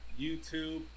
YouTube